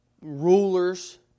Rulers